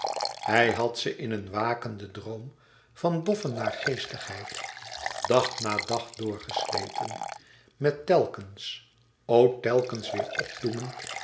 hij had ze in een wakenden droom van doffe naargeestigheid dag na dag doorgesleten met telkens o telkens weêr opdoemend